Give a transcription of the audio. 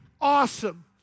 awesome